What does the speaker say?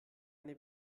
eine